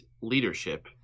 leadership